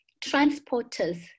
transporters